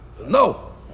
No